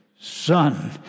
son